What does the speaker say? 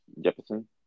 Jefferson